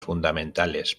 fundamentales